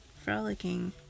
frolicking